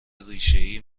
ریشهای